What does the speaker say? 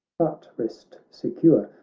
but rest secure,